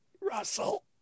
Russell